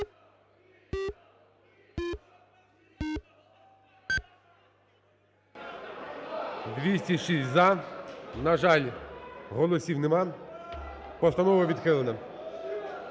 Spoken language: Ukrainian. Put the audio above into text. За-206 На жаль, голосів нема. Постанова відхилена.